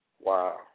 Wow